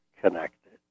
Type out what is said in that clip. connected